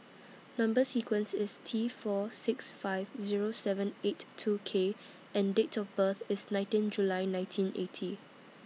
Number sequence IS T four six five Zero seven eight two K and Date of birth IS nineteen July nineteen eighty